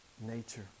nature